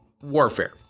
Warfare